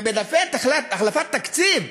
ובדפי החלפת תקציב,